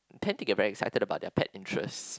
tend to get very excited about their pet interest